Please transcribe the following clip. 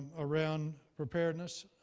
around preparedness.